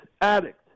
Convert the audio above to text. Addict